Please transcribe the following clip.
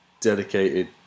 dedicated